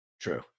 True